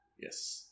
Yes